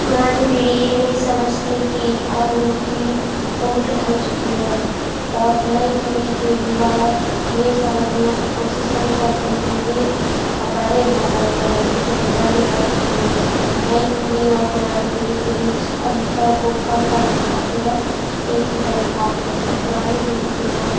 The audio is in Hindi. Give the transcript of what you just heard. पुरानी पीढ़ी ये नहीं समझती कि अब उनकी उम्र ढल चुकी है और नई पीढ़ी के युवा ये समझने की कोशिश नहीं करते कि वे अब बढ़े हो गए हैं उनकी ज़िम्मेदारी बढ़ चुकी है नई पीढ़ी और पुरानी पीढ़ी के बीच अंतर को कम करने का केवल एक ही तरीक़ा है कि पुरानी पीढ़ी के लोग